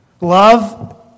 Love